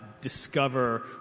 discover